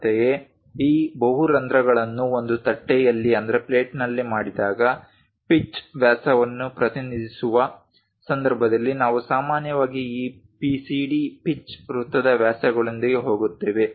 ಅಂತೆಯೇ ಈ ಬಹು ರಂಧ್ರಗಳನ್ನು ಒಂದು ತಟ್ಟೆಯಲ್ಲಿ ಮಾಡಿದಾಗ ಪಿಚ್ ವ್ಯಾಸವನ್ನು ಪ್ರತಿನಿಧಿಸುವ ಸಂದರ್ಭದಲ್ಲಿ ನಾವು ಸಾಮಾನ್ಯವಾಗಿ ಈ PCD ಪಿಚ್ ವೃತ್ತದ ವ್ಯಾಸಗಳೊಂದಿಗೆ ಹೋಗುತ್ತೇವೆ